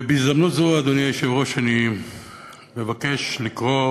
ובהזדמנות זו, אדוני היושב-ראש, אני מבקש לקרוא